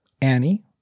Annie